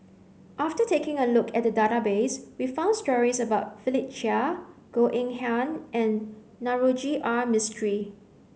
after taking a look at we found stories about Philip Chia Goh Eng Han and Navroji R Mistri